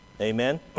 Amen